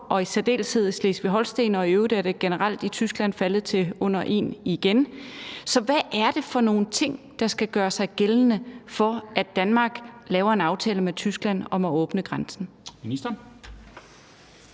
og i særdeleshed i Slesvig-Holsten, og at det i øvrigt generelt i Tyskland er faldet til under 1 igen. Så hvad er det for nogle ting, der skal gøre sig gældende, for at Danmark laver en aftale med Tyskland om at åbne grænsen? Kl.